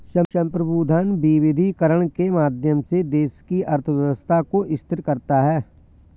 संप्रभु धन विविधीकरण के माध्यम से देश की अर्थव्यवस्था को स्थिर करता है